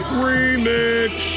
remix